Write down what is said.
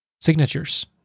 signatures